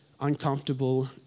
uncomfortable